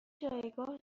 جایگاه